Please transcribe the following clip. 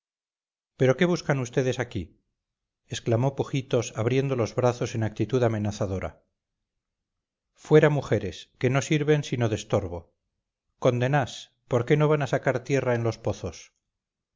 pero qué buscan vds aquí exclamó pujitos abriendo los brazos en actitud amenazadora fuera mujeres que no sirven sino de estorbo condenáas por qué no van a sacar tierra en los pozos